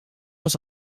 was